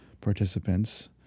participants